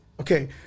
Okay